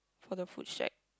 for the food shack